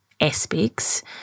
aspects